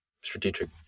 strategic